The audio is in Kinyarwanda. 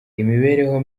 imibereho